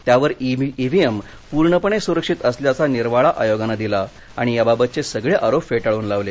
त्यावर इव्हीएम पूर्णपणे सुरक्षित असल्याचा निर्वाळा आयोगानं दिला आणि याबाबतचे सगळे आरोप फेटाळून लावले